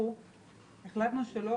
החלטנו שלא,